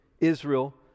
Israel